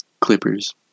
Clippers